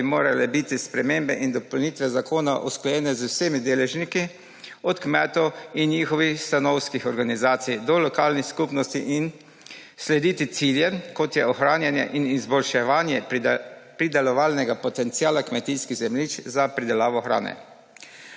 da bi morale biti spremembe in dopolnitve zakona usklajene z vsemi deležniki, od kmetov in njihovih stanovskih organizacij do lokalnih skupnosti, in slediti ciljem, kot je ohranjanje in izboljševanje pridelovalnega potenciala kmetijskih zemljišč za pridelavo hrane.